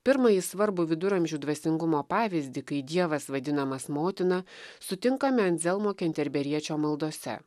pirmąjį svarbų viduramžių dvasingumo pavyzdį kai dievas vadinamas motina sutinkame anzelmo kenterberiečio maldose